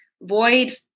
void